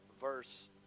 verse